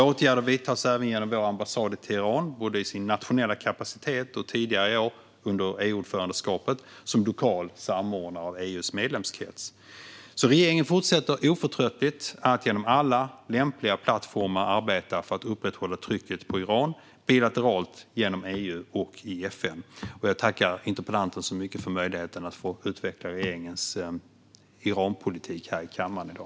Åtgärder vidtas även genom vår ambassad i Teheran, både i dess nationella kapacitet och tidigare i år, under EU-ordförandeskapet, som lokal samordnare av EU:s medlemskrets. Regeringen fortsätter alltså oförtröttligt att via alla lämpliga plattformar arbeta för att upprätthålla trycket på Iran bilateralt, genom EU och i FN. Jag tackar interpellanten så mycket för möjligheten att få utveckla regeringens Iranpolitik här i kammaren i dag.